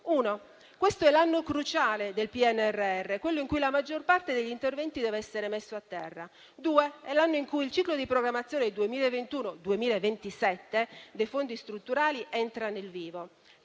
luogo, questo è l'anno cruciale del PNRR, quello in cui la maggior parte degli interventi deve essere messo a terra; in secondo luogo, è l'anno in cui il ciclo di programmazione 2021-2027 dei fondi strutturali entra nel vivo;